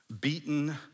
beaten